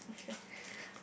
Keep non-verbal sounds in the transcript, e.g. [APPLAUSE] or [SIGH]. okay [BREATH]